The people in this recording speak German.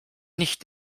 nicht